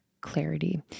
clarity